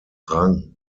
rang